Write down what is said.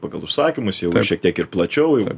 pagal užsakymus jau šiek tiek ir plačiau ir